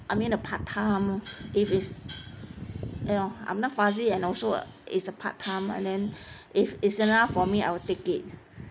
I mean a part time if it's you know I'm not fuzzy and also it's a part time and then if is enough for me I will take it